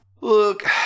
Look